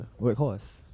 Workhorse